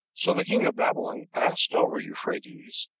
so the king of babylon passed over euphrates,